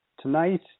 tonight